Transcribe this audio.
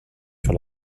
sur